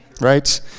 right